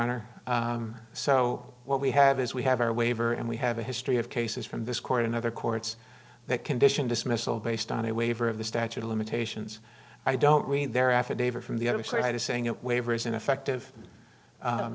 honor so what we have is we have our waiver and we have a history of cases from this court and other courts that condition dismissal based on a waiver of the statute of limitations i don't read their affidavit from the other side is saying a waiver is ineffective